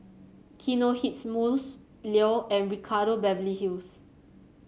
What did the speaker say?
Kinohimitsu Leo and Ricardo Beverly Hills